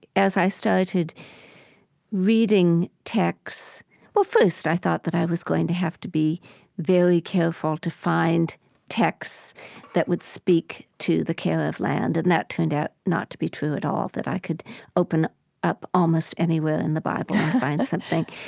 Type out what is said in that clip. as i started reading text well, first i thought that i was going to have to be very careful to find text that would speak to the care of land, and that turned out not to be true at all, that i could open up almost anywhere in the bible and find something